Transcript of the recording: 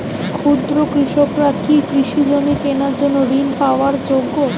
ক্ষুদ্র কৃষকরা কি কৃষিজমি কেনার জন্য ঋণ পাওয়ার যোগ্য?